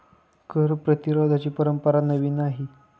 कर प्रतिरोधाची परंपरा नवी नाही